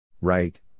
Right